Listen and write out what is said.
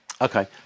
Okay